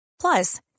Plus